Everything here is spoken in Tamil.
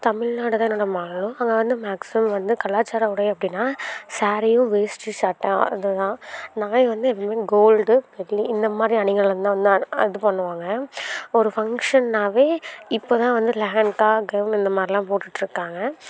தமிழ்நாடு தான் என்னோட மாநிலம் அங்கே வந்து மேக்ஸிமம் வந்து கலாச்சார உடை அப்படினா சாரீயும் வேஷ்டி சட்டை அது தான் நகை வந்து எப்போயுமே கோல்டு வெள்ளி இந்த மாதிரி அணிகலன் தான் வந்து இது பண்ணுவாங்க ஒரு ஃபங்க்ஷன்னாவே இப்போது தான் வந்து லெஹெங்கா கவுன் இந்த மாதிரிலாம் போட்டுட்டு இருக்காங்க